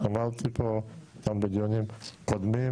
אמרתי פה גם בדיונים קודמים